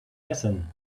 essen